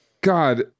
God